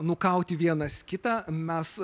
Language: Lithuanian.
nukauti vienas kitą mes